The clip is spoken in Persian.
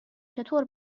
چطور